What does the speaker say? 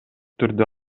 түрдө